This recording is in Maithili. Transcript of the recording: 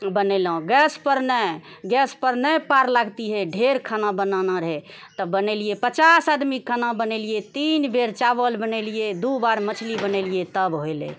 बनेलहुँ गैस पर नहि गैस पर नहि पार लगतियै ढ़ेर खाना बनाना रहय तऽ बनेलियै पचास आदमीके खाना बनेलियै तीन बेर चावल बनेलियै दू बार मछली बनेलियै तब होइले